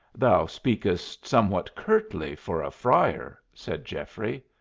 thou speakest somewhat curtly for a friar, said geoffrey.